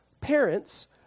parents